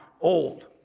old